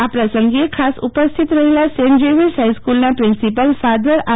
આ પ્રસંગે ખાસ ઉપસ્થિત રહેલા સેન્ટ ઝેવિયર્સ ફાઈસ્કુલનાં પ્રિન્સીપાલ ફાધર આર